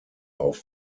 auf